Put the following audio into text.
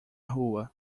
rua